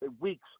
weeks